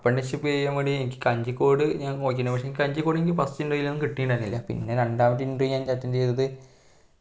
apprenticeship ചെയ്യാൻ വേണ്ടി എനിക്ക് കഞ്ചിക്കോട് ഞാൻ നോക്കിയിട്ടുണ്ടായിരുന്നു പക്ഷെ കഞ്ചിക്കോട് എനിക്ക് ബസും ട്രെയിനൊന്നും കിട്ടിയിട്ടുണ്ടായിരുന്നില്ല പിന്നെ രണ്ടാമത് ഇന്റർവ്യൂ അറ്റൻഡ് ചെയ്തത്